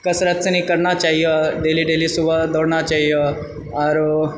कसरत सनिक करना चाहिओ डेली डेली सुबह दौड़ना चाही आओरो